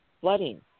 flooding